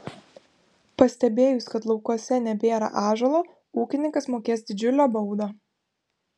pastebėjus kad laukuose nebėra ąžuolo ūkininkas mokės didžiulę baudą